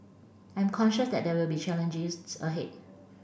I am conscious that there will be challenges ahead